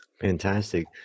Fantastic